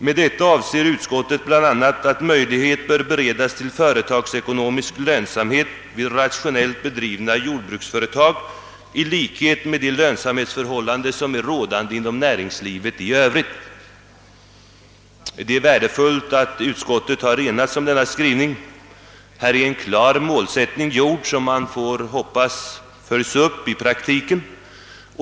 Med detta avser utskottet bl.a. att möjlighet bör beredas till företagsekonomisk lönsamhet vid rationellt bedrivna jordbruksföretag i likhet med de lönsamhetsförhållanden som råder inom näringslivet i övrigt.» Det är värdefullt att utskottet har enats om denna skrivning. Här är en klar målsättning gjord som man får hoppas följs upp i praktiken.